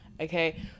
Okay